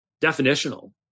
definitional